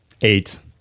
Eight